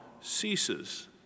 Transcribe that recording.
ceases